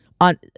on